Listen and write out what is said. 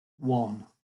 one